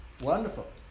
Wonderful